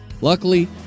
luckily